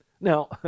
Now